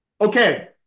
Okay